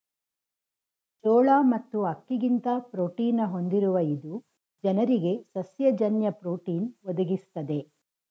ಜೋಳ ಮತ್ತು ಅಕ್ಕಿಗಿಂತ ಪ್ರೋಟೀನ ಹೊಂದಿರುವ ಇದು ಜನರಿಗೆ ಸಸ್ಯ ಜನ್ಯ ಪ್ರೋಟೀನ್ ಒದಗಿಸ್ತದೆ